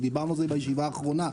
ודיברנו על זה בישיבה האחרונה,